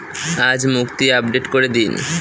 আজ মুক্তি আপডেট করে দিন